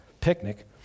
picnic